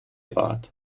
bart